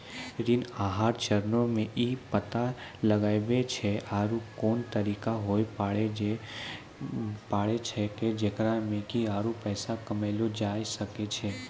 ऋण आहार चरणो मे इ पता लगाबै छै आरु कोन तरिका होय पाड़ै छै जेकरा से कि आरु पैसा कमयलो जाबै सकै छै